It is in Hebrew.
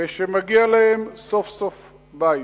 ושמגיע להם סוף-סוף בית.